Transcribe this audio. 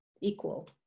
equal